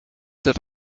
that